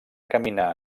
caminar